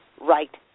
right